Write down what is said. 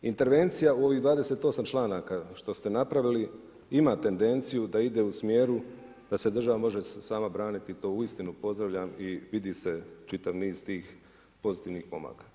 Intervencija u ovih 28 članaka što ste napravili, ima tendenciju, da ide u smjeru da se država može sama braniti i to uistinu pozdravljam i vidi se čitav niz tih pozitivnih pomaka.